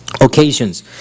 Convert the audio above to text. occasions